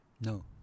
No